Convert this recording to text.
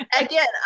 again